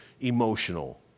emotional